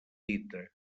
dita